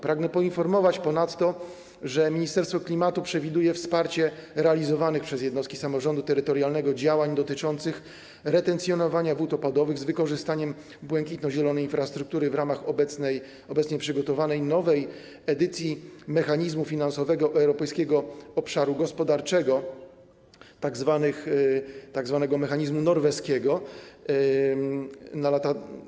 Pragnę poinformować ponadto, że Ministerstwo Klimatu przewiduje wsparcie realizowanych przez jednostki samorządu terytorialnego działań dotyczących retencjonowania wód opadowych z wykorzystaniem błękitno-zielonej infrastruktury w ramach obecnie przygotowanej nowej edycji mechanizmu finansowego Europejskiego Obszaru Gospodarczego, tzw. mechanizmu norweskiego na lata.